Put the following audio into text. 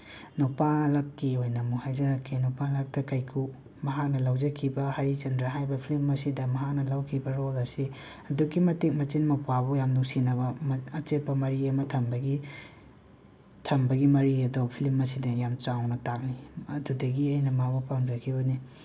ꯅꯨꯄꯥꯂꯛꯀꯤ ꯑꯣꯏꯅ ꯑꯃꯨꯛ ꯍꯥꯏꯖꯔꯛꯀꯦ ꯅꯨꯄꯥꯂꯛꯇ ꯀꯥꯏꯀꯨ ꯃꯍꯥꯛꯅ ꯂꯧꯖꯈꯤꯕ ꯍꯔꯤꯆꯟꯗ꯭ꯔ ꯍꯥꯏꯔꯤꯕ ꯐꯤꯂꯝ ꯑꯁꯤꯗ ꯃꯍꯥꯛꯅ ꯂꯧꯈꯤꯕ ꯔꯣꯜ ꯑꯁꯤ ꯑꯁꯨꯛꯀꯤ ꯃꯇꯤꯛ ꯃꯆꯤꯟ ꯃꯧꯄ꯭ꯋꯥꯕꯨ ꯌꯥꯝ ꯅꯨꯡꯁꯤꯅꯕ ꯑꯆꯦꯠꯄ ꯃꯔꯤ ꯑꯃ ꯊꯝꯕꯒꯤ ꯊꯝꯕꯒꯤ ꯃꯔꯤ ꯑꯗꯣ ꯐꯤꯂꯝ ꯑꯁꯤꯗ ꯌꯥꯝ ꯆꯥꯎꯅ ꯇꯥꯔꯤ ꯑꯗꯨꯗꯒꯤ ꯑꯩꯅ ꯃꯥꯕꯨ ꯄꯥꯝꯖꯈꯤꯕꯅꯤ